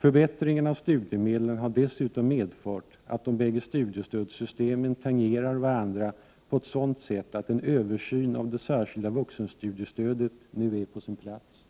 Förbättringen av studiemedlen har dessutom medfört att de bägge studiestödssystemen tangerar varandra på ett sådant sätt att en översyn av det särskilda vuxenstudiestödet nu är på sin plats.